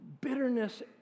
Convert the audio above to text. Bitterness